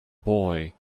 boy